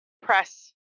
Press